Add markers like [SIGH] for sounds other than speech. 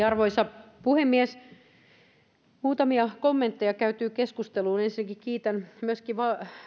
[UNINTELLIGIBLE] arvoisa puhemies muutamia kommentteja käytyyn keskusteluun ensinnäkin kiitän myöskin